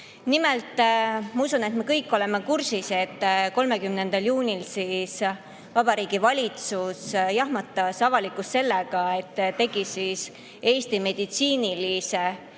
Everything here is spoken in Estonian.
Nimelt, ma usun, et me kõik oleme kursis, et 30. juunil jahmatas Vabariigi Valitsus avalikkust sellega, et tegi Eestis meditsiinilise